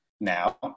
now